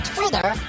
Twitter